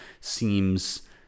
seems